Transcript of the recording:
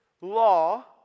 law